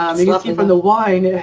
ah you know keeping the wine.